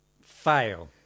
fail